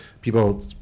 people